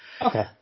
Okay